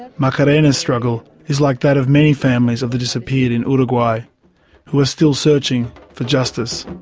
and macarena's struggle is like that of many families of the disappeared in uruguay who are still searching for justice.